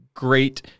Great